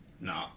No